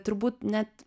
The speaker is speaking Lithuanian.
turbūt net